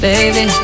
Baby